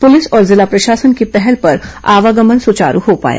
police और जिला प्रशासन की पहल पर आवागमन सुचारू हो पाया